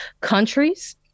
countries